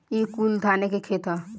ई कुल धाने के खेत ह